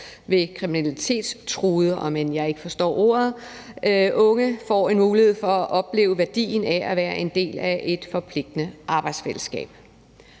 jeg ikke forstår ordet – unge får en mulighed for at opleve værdien af at være en del af et forpligtende arbejdsfællesskab.